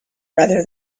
rather